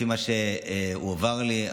לפי מה שהועבר לי,